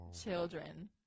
Children